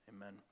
amen